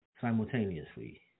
simultaneously